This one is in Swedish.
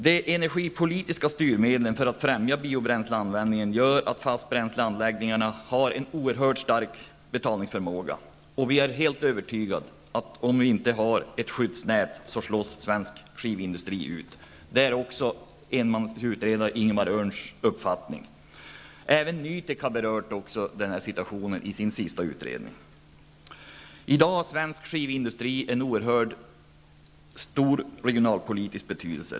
De energipolitiska styrmedlen för att främja biobränsleanvändningen medför att fastbränsleanläggningarna får en oerhört stark betalningsförmåga. Vi är övertygade om att om det inte finns ett skyddsnät kommer svensk skivindustri att slås ut. Det är också enmansutredaren Ingemar Öhrns uppfattning. NUTEK har även berört den här situationen i sin senaste utredning. I dag har svensk skivindustri en stor regionalpolitisk betydelse.